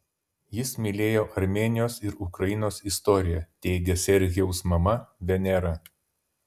jis mylėjo armėnijos ir ukrainos istoriją teigia serhijaus mama venera